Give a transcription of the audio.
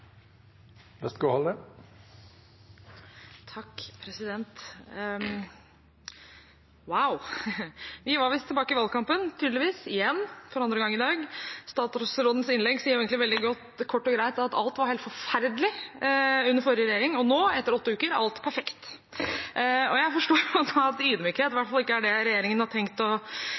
andre gang i dag. Statsrådens innlegg sier egentlig veldig kort og greit at alt var helt forferdelig under forrige regjering, og nå, etter åtte uker, er alt perfekt. Jeg forstår at ydmykhet i hvert fall ikke er det regjeringen har tenkt å legge opp til i denne perioden. Statsråden glemte å